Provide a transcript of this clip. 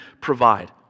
provide